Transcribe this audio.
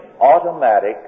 automatic